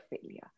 failure